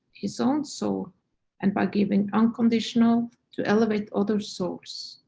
his own soul and by giving unconditional to elevate other souls.